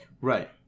Right